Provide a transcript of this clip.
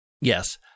Yes